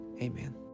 amen